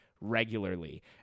regularly